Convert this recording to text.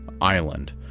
island